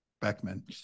Beckman